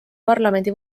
parlamendi